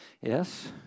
Yes